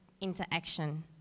interaction